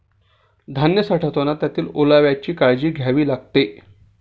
धान्य साठवताना त्यातील ओलाव्याची काळजी घ्यावी लागते